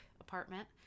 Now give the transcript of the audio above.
apartment